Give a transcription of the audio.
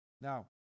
now